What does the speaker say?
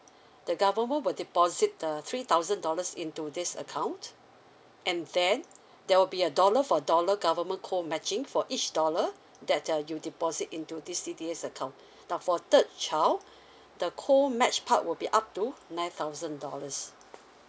the government will deposit the three thousand dollars into this account and then there will be a dollar for dollar government co matching for each dollar that uh you deposit into this C_D_A account now for third child the co match part will be up to nine thousand dollars